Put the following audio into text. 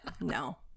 no